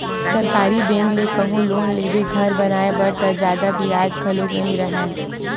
सरकारी बेंक ले कहूँ लोन लेबे घर बनाए बर त जादा बियाज घलो नइ राहय